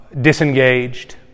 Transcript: disengaged